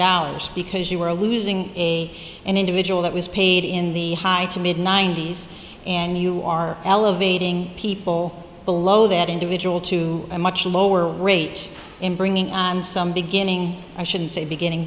dollars because you are losing a an individual that was paid in the high to mid ninety's and you are elevating people below that individual to a much lower rate in bringing on some beginning i shouldn't say beginning